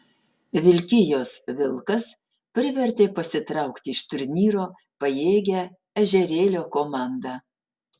vilkijos vilkas privertė pasitraukti iš turnyro pajėgią ežerėlio komandą